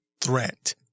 threat